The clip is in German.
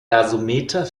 gasometer